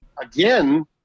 again